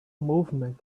movement